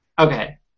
Okay